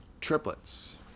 triplets